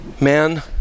man